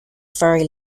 furry